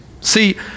See